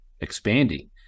expanding